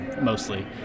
mostly